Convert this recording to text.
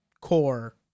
core